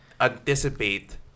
anticipate